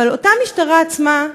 אבל אותה משטרה עצמה,